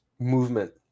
movement